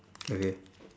okay